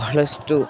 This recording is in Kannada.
ಬಹಳಷ್ಟು